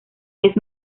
vez